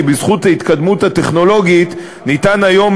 כי בזכות ההתקדמות הטכנולוגית ניתן היום